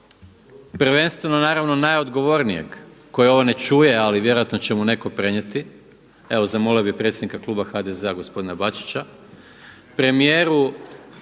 prvenstveno naravno najodgovornijeg koji ovo ne čuje, ali vjerojatno će mu netko prenijeti. Evo zamolio bih predsjednika kluba HDZ-a gospodina Bačića, premijeru